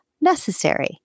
necessary